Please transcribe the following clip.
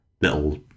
little